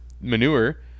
manure